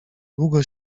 długo